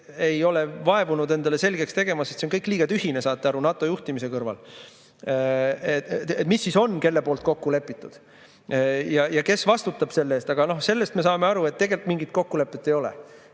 ei ole vaevunud endale [asju] selgeks tegema, sest see kõik on liiga tühine – saate aru, NATO juhtimise kõrval –, et mis on kelle poolt kokku lepitud ja kes vastutab selle eest. Aga me saame aru, et tegelikult mingit kokkulepet ei ole.